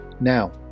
Now